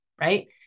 right